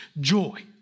joy